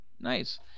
nice